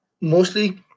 mostly